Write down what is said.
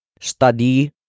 study